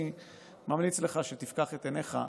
אני ממליץ לך שתפקח את עיניך,